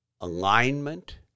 alignment